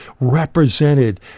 represented